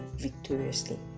victoriously